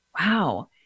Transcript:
Wow